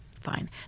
fine